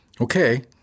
Okay